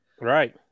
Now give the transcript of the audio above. Right